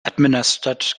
administered